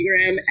Instagram